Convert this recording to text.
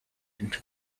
into